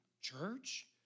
church